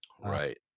Right